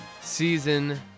season